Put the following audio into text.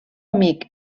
amic